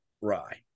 rye